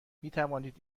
میتوانید